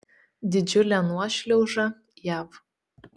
didžiulė nuošliauža jav